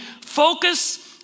Focus